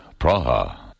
Praha